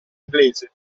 inglese